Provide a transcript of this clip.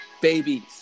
babies